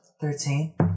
Thirteen